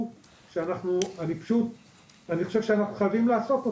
אני לא מתכחש למה שהצוות חווה,